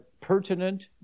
pertinent